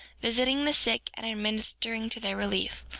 visiting the sick and administering to their relief,